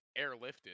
airlifted